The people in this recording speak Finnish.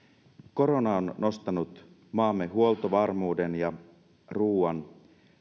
korona on nostanut maamme huoltovarmuuden ja ruoan